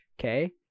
okay